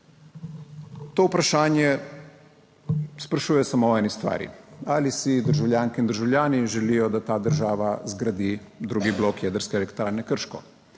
To vprašanje sprašuje samo o eni stvari, ali si državljanke in državljani želijo, da ta država zgradi drugi blok Jedrske elektrarne Krško?